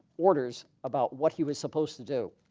orders about what he was supposed to do.